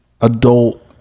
adult